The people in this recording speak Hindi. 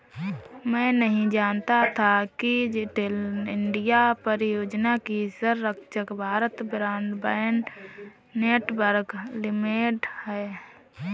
मैं नहीं जानता था कि डिजिटल इंडिया परियोजना की संरक्षक भारत ब्रॉडबैंड नेटवर्क लिमिटेड है